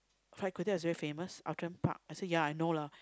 fried kway-teow is very famous Outram-Park I say ya I know lah